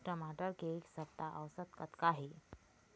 टमाटर के एक सप्ता औसत कतका हे?